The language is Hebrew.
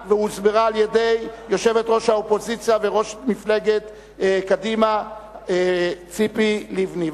נטענה והוסברה על-ידי יושבת-ראש האופוזיציה וראש מפלגת קדימה ציפי לבני.